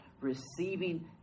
receiving